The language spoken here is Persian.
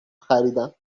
خریدم